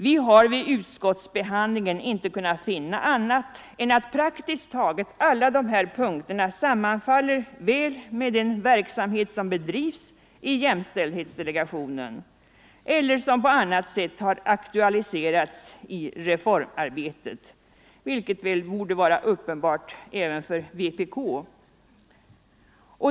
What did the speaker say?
Vi har vid utskottsbehandlingen inte kunnat finna annat än att praktiskt taget alla dessa punkter sammanfaller väl med den verksamhet som bedrivs i jämställdhetsdelegationen eller som på annat sätt har aktualiserats i reformarbetet. Detta borde vara uppenbart även för vpk.